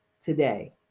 today